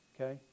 Okay